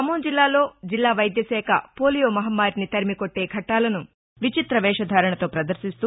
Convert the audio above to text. ఖమ్మం జిల్లాలో జిల్లా వైద్యశాఖ పోలియో మహమ్మారిని తరిమి కొట్టే ఘట్టాలను విచిత్ర వేషధారణలతో ప్రదర్శిస్తా